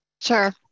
Sure